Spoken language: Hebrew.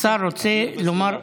השר רוצה לומר.